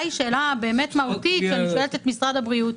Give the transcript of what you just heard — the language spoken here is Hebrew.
זאת באמת שאלה מהותית שאני שואלת את משרד הבריאות.